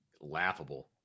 laughable